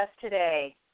today